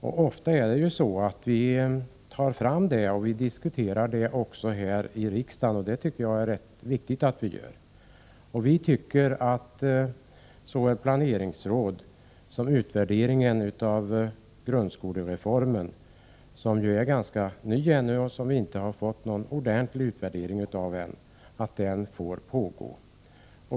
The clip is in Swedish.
Ofta tar vi fram dessa frågor och diskuterar dem också här i riksdagen, vilket det är viktigt att vi gör. Vi tycker att det är angeläget att såväl verksamheten med planeringsråd som utvärderingen av grundskolereformen, som ännu är ganska ny och som vi hittills inte har fått någon ordentlig utvärdering av, får fortgå.